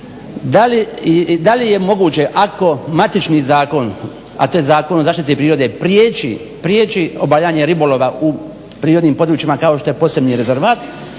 da li je moguće ako matični zakon a to je Zakon o zaštiti prirode priječi obavljanje ribolova u prirodnim područjima kao što je posebni rezervat